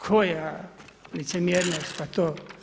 Koja licemjernost, pa to.